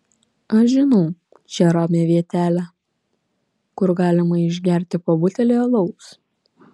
aš žinau čia ramią vietelę kur galima išgerti po butelį alaus